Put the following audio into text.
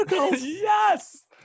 Yes